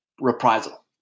reprisal